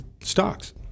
stocks